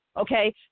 Okay